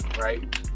right